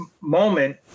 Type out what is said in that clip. moment